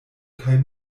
kaj